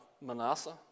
Manasseh